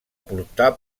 portar